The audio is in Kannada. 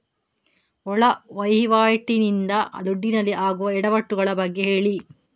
ಒಳ ವಹಿವಾಟಿ ನಿಂದ ದುಡ್ಡಿನಲ್ಲಿ ಆಗುವ ಎಡವಟ್ಟು ಗಳ ಬಗ್ಗೆ ಹೇಳಿ